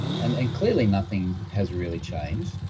and and clearly nothing has really changed.